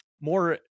more